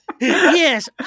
Yes